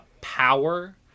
power